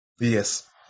yes